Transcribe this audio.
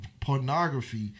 pornography